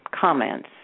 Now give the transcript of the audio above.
comments